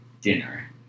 dinner